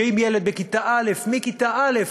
שאם ילד בכיתה א', מכיתה א',